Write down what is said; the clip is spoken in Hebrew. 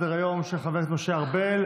של חבר הכנסת משה ארבל.